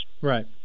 Right